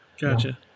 Gotcha